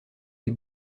des